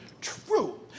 True